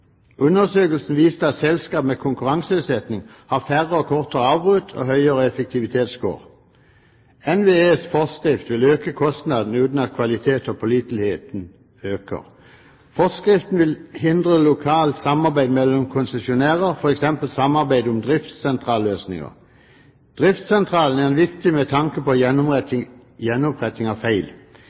Undersøkelsen viser at selskap med konkurranseutsetting har færre/kortere avbrudd og høyere effektivitetsscore. NVEs forskrift vil øke kostnadene uten at kvalitet/pålitelighet øker. Forskriften vil hindre lokalt samarbeid mellom konsesjonærer, f.eks. samarbeid om driftssentralløsninger. Driftssentralen er viktig med tanke på gjenoppretting av feil.